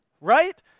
right